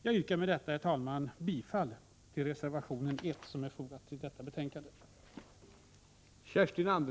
Jag yrkar med detta, herr talman, bifall till reservation 1 till detta betänkande.